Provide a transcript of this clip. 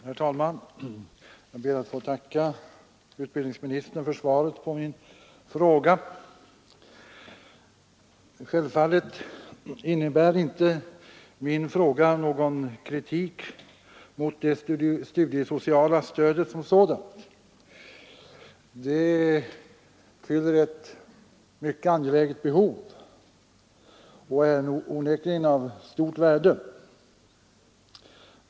Herr talman! Jag ber att få tacka utbildningsministern för svaret på min fråga. Självfallet innebär min fråga inte någon kritik mot det studiesociala stödet som sådant. Det fyller ett mycket angeläget behov och är onekligen av stort värde.